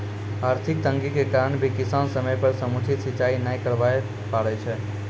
आर्थिक तंगी के कारण भी किसान समय पर समुचित सिंचाई नाय करवाय ल पारै छै